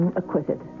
acquitted